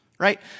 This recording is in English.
Right